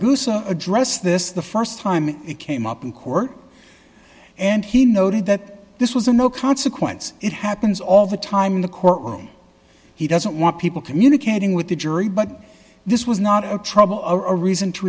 goose or address this is the st time it came up in court and he noted that this was a no consequence it happens all the time in the courtroom he doesn't want people communicating with the jury but this was not a trouble a reason to